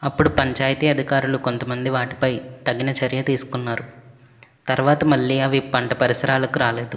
అప్పుడు పంచాయతీ అధికారులు కొంతమంది వాటిపై తగిన చర్య తీసుకున్నారు తర్వాత మళ్ళీ అవి పంట పరిసరాలకు రాలేదు